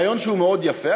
רעיון שהוא מאוד יפה,